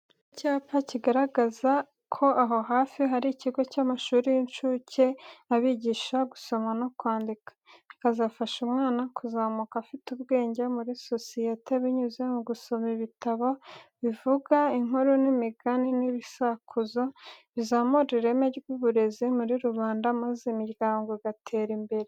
Ni ku cyapa kigaragaza ko aho hafi hari ikigo cy'amashuri y'inshuke abigisha gusoma no kwandika, bikazafasha umwana kuzamuka afite ubwenge muri sosiyete binyuze mu gusoma ibitabo bivuga inkuru n'imigani n'ibisakuzo bizamura ireme ry'ubureze muri rubanda maze imiryango igatera imbere.